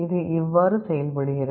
இது இவ்வாறு செயல்படுகிறது